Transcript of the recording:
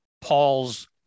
Paul's